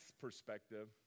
perspective